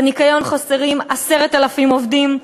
בניקיון חסרים 10,000 עובדים,